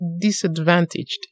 disadvantaged